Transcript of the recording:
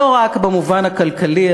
לא רק במובן הכלכלי,